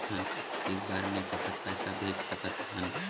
एक बार मे कतक पैसा भेज सकत हन?